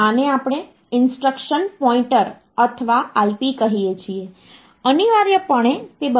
તેનો ઉપયોગ character string સંગ્રહિત કરવા માટે થાય છે જેમ કે વ્યક્તિનું નામ કહો કે પછી અન્ય સરનામું અને તે બધું